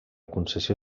concessió